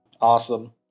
Awesome